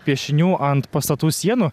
piešinių ant pastatų sienų